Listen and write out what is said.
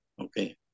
Okay